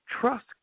Trust